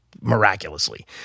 miraculously